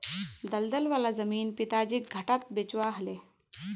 दलदल वाला जमीन पिताजीक घटाट बेचवा ह ले